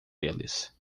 eles